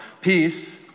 Peace